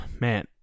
man